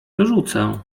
wyrzucę